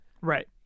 Right